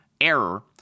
error